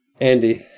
Andy